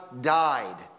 died